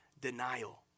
denial